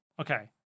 Okay